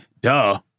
Duh